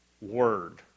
word